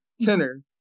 Tenor